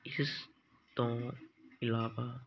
ਇਸ ਤੋਂ ਇਲਾਵਾ